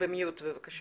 ה-זום לא עובד טוב.